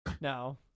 No